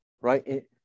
right